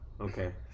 Okay